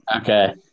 Okay